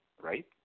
right